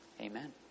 Amen